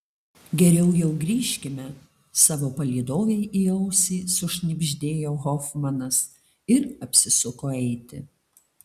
geriau jau grįžkime savo palydovei į ausį sušnibždėjo hofmanas ir apsisuko eiti